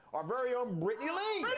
our very own brittany leigh.